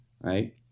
right